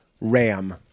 ram